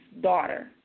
daughter